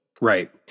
right